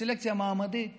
הסלקציה המעמדית